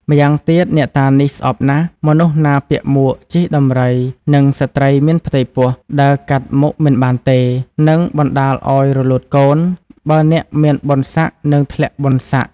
ម៉្យាងទៀត អ្នកតានេះស្អប់ណាស់ មនុស្សណាពាក់មួក ជិះដំរី និងស្ត្រីមានផ្ទៃពោះ ដើរកាត់មុខមិនបានទេ នឹងបណ្តាលឲ្យរលូតកូន បើអ្នកមានបុណ្យស័ក្តិនឹងធ្លាក់បុណ្យស័ក្តិ ។